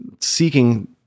seeking